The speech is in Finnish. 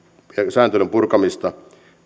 sääntelyn purkamista